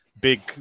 big